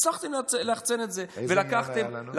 הצלחתם ליחצן את זה ולקחתם, איזה עניין היה לנו?